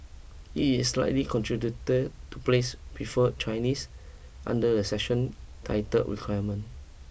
it is slightly contradictory to place prefer Chinese under a section titled requirement